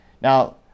Now